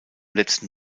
letzten